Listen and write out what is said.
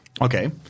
Okay